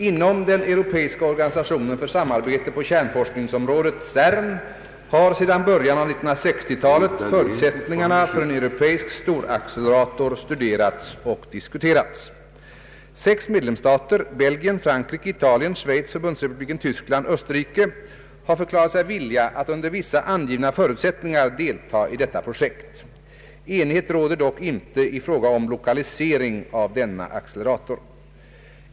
Inom den europeiska organisationen för samarbete på kärnforskningsområdet, CERN, har sedan början av 1960 talet förutsättningarna för en europeisk storaccelerator studerats och diskuterats. Sex medlemsstater — Belgien, Frankrike, Italien, Schweiz, Förbundsrepubliken Tyskland, Österrike — har förklarat sig villiga att under vissa angivna förutsättningar delta i detta projekt. Enighet råder dock inte i fråga om 1okalisering av denna accelerator.